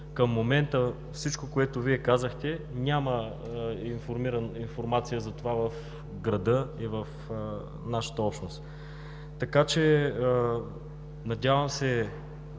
В момента във всичко, което казахте, няма информация за това в града и в нашата общност. Надявам се